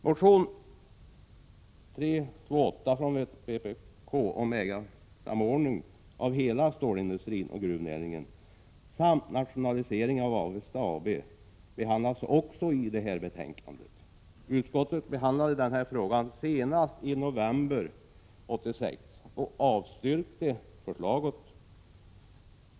Motion 328 från vpk om ägarsamordning av hela stålindustrin och gruvnäringen samt nationalisering av Avesta AB behandlas också i detta betänkande. Utskottet behandlade frågan senast i november 1986 och avstyrkte då förslaget.